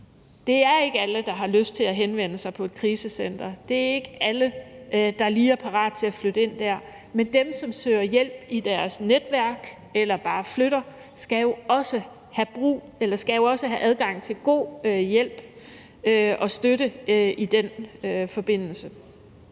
det er ikke alle, der har lyst til henvende sig på et krisecenter. Det er ikke alle, der lige er parate til at flytte ind der. Men dem, som søger hjælp i deres netværk eller bare flytter, skal jo også have adgang til god hjælp og støtte i den forbindelse.